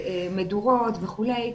מדורות וכו'.